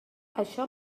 això